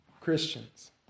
Christians